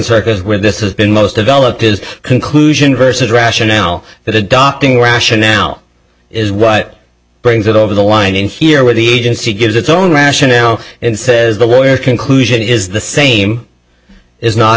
circuit where this has been most developed is conclusion versus rationale that adopting rationale is what brings it over the line in here where the agency gives its own rationale and says the lawyer conclusion is the same is not